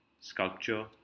sculpture